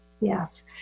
Yes